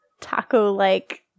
taco-like